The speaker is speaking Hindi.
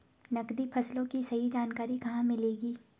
नकदी फसलों की सही जानकारी कहाँ मिलेगी?